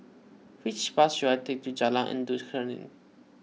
which bus should I take to Jalan Endut Senin